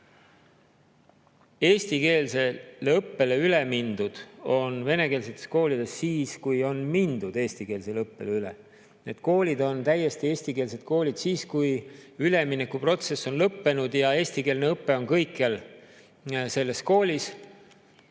Eestikeelsele õppele on venekeelsetes koolides üle mindud siis, kui on mindud eestikeelsele õppele üle. Need koolid on täiesti eestikeelsed koolid siis, kui üleminekuprotsess on lõppenud ja eestikeelne õpe on kõikjal selles koolis.